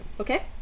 Okay